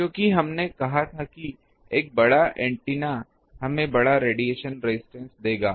क्योंकि हमने कहा था कि एक बड़ा एंटेना हमें बड़ा रेडिएशन रेजिस्टेंस देगा